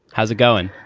how's it going?